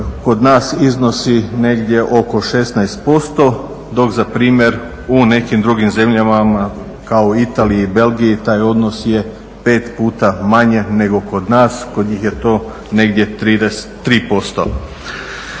kod nas iznosi negdje oko 16% dok za primjer u nekim drugim zemljama kao Italiji i Belgiji taj odnos je pet puta manje nego kod nas. Kod njih je to negdje 3%.